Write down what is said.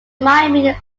miami